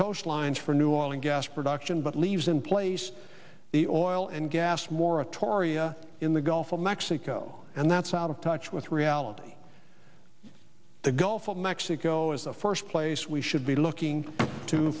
coast lines for new oil and gas production but leaves in place the oil and gas moratoria in the gulf of mexico and that's out of touch with reality the gulf of mexico is the first place we should be looking to